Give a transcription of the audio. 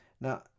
Now